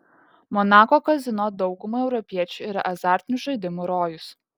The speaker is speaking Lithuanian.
monako kazino daugumai europiečių yra azartinių žaidimų rojus